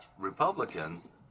Republicans